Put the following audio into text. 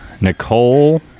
nicole